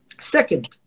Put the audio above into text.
Second